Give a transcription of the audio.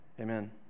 Amen